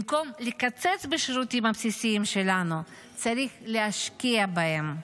במקום לקצץ בשירותים הבסיסים שלנו צריך להשקיע בהם,